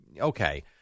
Okay